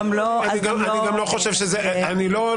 גם לא- -- אני לא חושב שזו הבעיה.